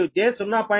95 ఉంది